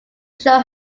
show